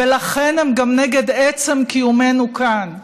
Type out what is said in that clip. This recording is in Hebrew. ולכן הם גם נגד עצם קיומנו כאן.